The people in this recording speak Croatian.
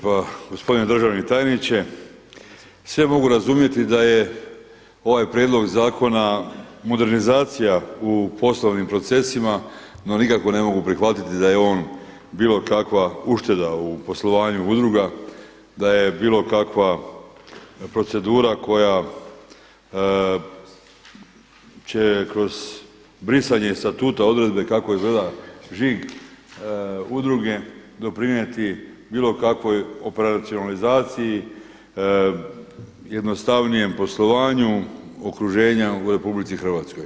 Pa gospodine državni tajniče sve mogu razumjeti da je ovaj prijedlog zakona modernizacija u poslovnim procesima, no nikako ne mogu prihvatiti da je on bilo kakva ušteda u poslovanju udruga, da je bilo kakva procedura koja će kroz brisanje statuta odredbe kako izgleda žig udruge doprinijeti bilo kakvoj operacionalizaciji, jednostavnijem poslovanju okruženja u Republici Hrvatskoj.